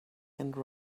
and